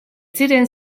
ziren